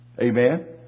Amen